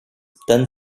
then